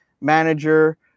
manager